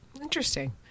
interesting